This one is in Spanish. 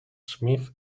smith